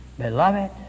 Beloved